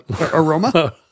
Aroma